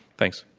thanks.